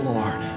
Lord